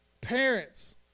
Parents